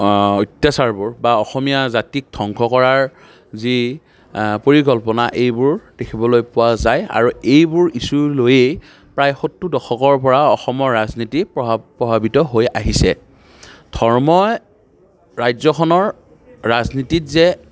অত্যাচাৰবোৰ বা অসমীয়া জাতিক ধ্বংস কৰাৰ যি পৰিকল্পনা এইবোৰ দেখিবলৈ পোৱা যায় আৰু এইবোৰ ইছ্যু লৈয়ে প্ৰায় সত্তৰ দশকৰ পৰা অসমৰ ৰাজনীতি প্ৰভা প্ৰভাৱিত হৈ আহিছে ধৰ্মই ৰাজ্যখনৰ ৰাজনীতিত যে